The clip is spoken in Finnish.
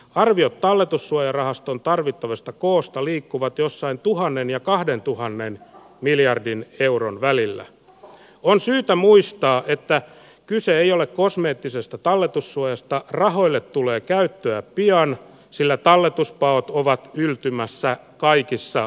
arvio talletussuojarahastoon tarvittavista koosta liikkuvat jossain tuhannen ja kahdentuhannen miljardin euron välillä on syytä muistaa että kyse ei ole kosmeettisesta talletussuojasta rahoille tulee käytyä pian sillä talletuspaon ovat ryhtymässä kaikissa